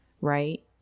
right